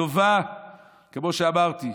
כמו שאמרתי,